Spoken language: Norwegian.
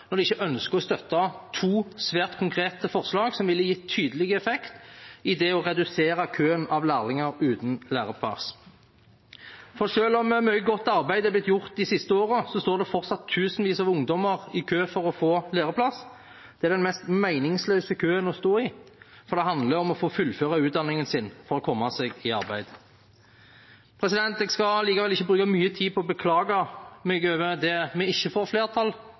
når de ikke ønsker å støtte to svært konkrete forslag som ville gitt tydelig effekt i det å redusere køen av lærlinger uten læreplass. For selv om mye godt arbeid er blitt gjort de siste årene, står det fortsatt tusenvis av ungdommer i kø for å få læreplass. Det er den mest meningsløse køen å stå i, for det handler om å få fullføre utdanningen sin for å komme seg i arbeid. Jeg skal likevel ikke bruke mye tid på å beklage meg over det vi ikke får flertall